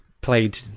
played